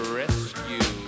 rescue